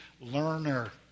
learner